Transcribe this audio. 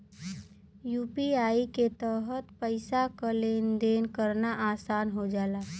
UPI के तहत पइसा क लेन देन करना आसान हो जाला